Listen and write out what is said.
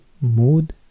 Mood